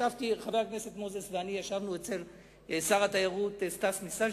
חבר הכנסת מוזס ואני ישבנו אצל שר התיירות סטס מיסז'ניקוב.